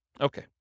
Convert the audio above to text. Okay